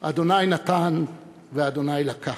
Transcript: ה' נתן וה' לקח".